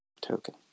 token